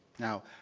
now,